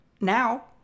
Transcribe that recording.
Now